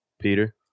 Peter